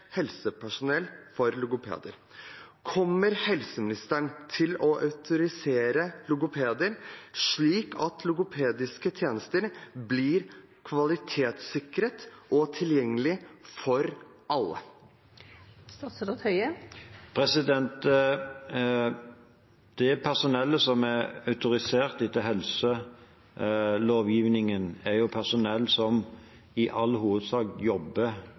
helsepersonell for logopedi. Kommer helseministeren til å autorisere logopeder, slik at logopediske tjenester blir kvalitetssikret og tilgjengelige for alle? Det personellet som er autorisert etter helselovgivningen, er personell som i all hovedsak jobber